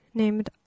named